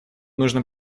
нужно